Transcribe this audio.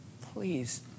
Please